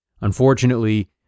unfortunately